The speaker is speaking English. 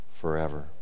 forever